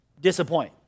disappoint